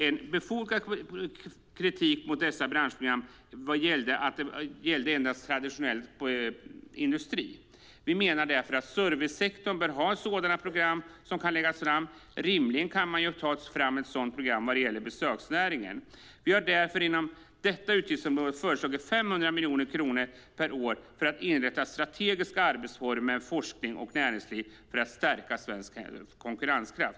En befogad kritik mot dem var att de gällde endast traditionell industri. Vi menar därför att servicesektorn bör ha sådana program. Rimligen kan man ta fram ett sådant program vad gäller besöksnäringen. Vi har därför inom detta utgiftsområde förslagit 500 miljoner kronor per år för att inrätta strategiska arbetsformer med forskning och näringsliv för att stärka svensk konkurrenskraft.